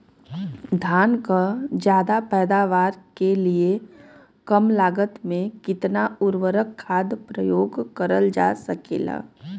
धान क ज्यादा पैदावार के लिए कम लागत में कितना उर्वरक खाद प्रयोग करल जा सकेला?